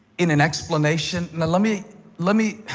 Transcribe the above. in an explanation? and let me let me